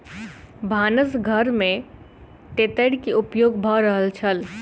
भानस घर में तेतैर के उपयोग भ रहल छल